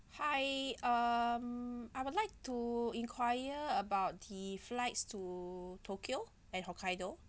hi um I would like to inquire about the flights to tokyo and hokkaido